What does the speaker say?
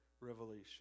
revelation